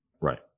Right